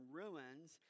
ruins